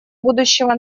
будущего